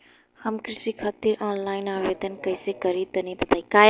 हम कृषि खातिर आनलाइन आवेदन कइसे करि तनि बताई?